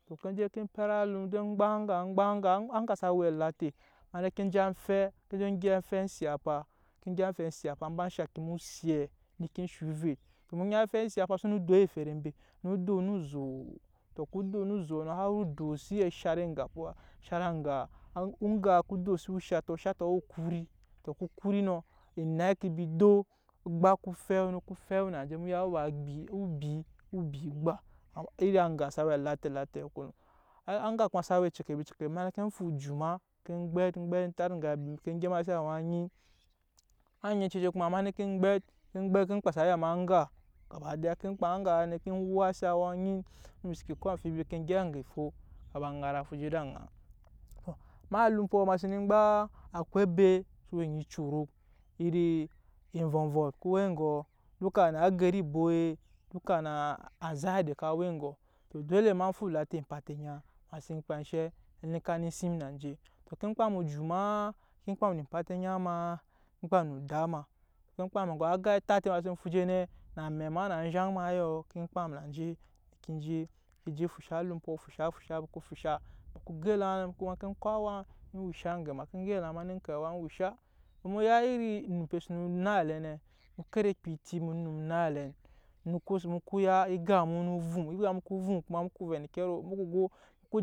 Ŋke gyep enpɛt anum engba aŋga ŋgba aŋga aŋga a we olate ema ne ke je af eŋke enje engyep afɛ siyafa eŋgyep afɛ siyafa mbe shaki eme osiye ne ke sho ovɛt emu nyi afe siyafa so do eferem be no do no soo to ku do no zoo how woo do siyɛ, anzhat ongap po anshat angaa angaa ku do sit oshat oshato woo kuri to ku kuri no enai ke bi dop ogbak ku fɛu nu fɛu nu feu na ke emu ku bi wo bi ogba irin anga sa we alate late koni ai anga ka sa we encobi encobi ema ne ke enfu oju ma, engbɛt ke kpase ayama anga gaba daya enke kpaa anga ne ke wuwase awa anyi amek mubi ke ko amfibi engyep onge fo ka ba ŋara fute ede ana him eme a luum ema sei ne engba akwai obe so we onyi corok iri envonvɔn ko we onyi duka na aga elan eboi duka na azu edet ka we engokɔ to defe ema fu elate empatanga ema sen keaa enshe enlinka ne sam na anje ema ke kpam no oju maa, ke kpam no oda ma ke kpam no oga aga afat te ema senfu enje ne, na ame ma na anzhan ma eyo en ke kpam na anje ke enje keje fusha, a lumpɔ fusha fusha ko fusha emu gyɛ elaŋ ku ma ko awaŋ en wusha ke gyɛ elaŋ ema ne ko awaen wusha, emu no ya iri ehum be so no onaŋ ele nɛ omu kere kpɛ ebi emu naŋ elɛm emu ko emu ko ya egap no vum egap mu ko vuum kuma emu ko vɛ eni ke ro emu ko go enku.